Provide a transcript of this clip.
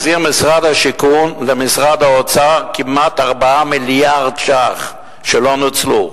החזיר משרד השיכון למשרד האוצר כמעט 4 מיליארד ש"ח שלא נוצלו.